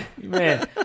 Man